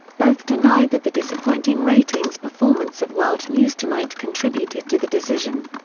both denied that the disappointing ratings performance of world news tonight contributed to the decision.